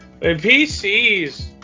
PCs